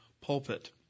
pulpit